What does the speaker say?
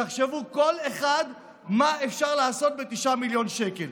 תחשבו כל אחד מה אפשר לעשות ב-9 מיליון שקל.